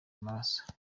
amaraso